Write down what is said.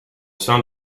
sein